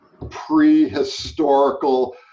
prehistorical